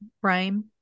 frame